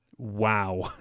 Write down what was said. Wow